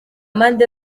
amande